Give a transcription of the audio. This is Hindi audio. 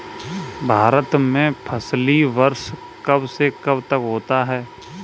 भारत में फसली वर्ष कब से कब तक होता है?